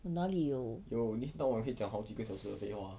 哪里有